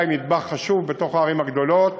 היא נדבך חשוב בתוך הערים הגדולות.